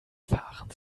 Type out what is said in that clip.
fahren